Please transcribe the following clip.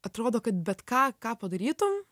atrodo kad bet ką ką padarytum